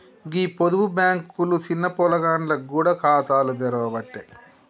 గీ పొదుపు బాంకులు సిన్న పొలగాండ్లకు గూడ ఖాతాలు తెరవ్వట్టే